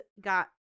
got